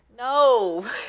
No